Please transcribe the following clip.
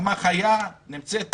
דוגמה חיה נמצאת פה,